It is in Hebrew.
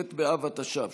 ט' באב התש"ף,